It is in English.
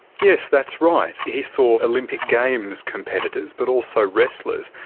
yes, that's right. he saw olympic games competitors, but also wrestlers,